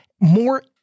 more